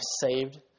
saved